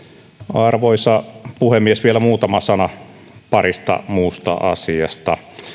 arvoisa puhemies vielä muutama sana parista muusta asiasta